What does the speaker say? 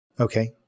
Okay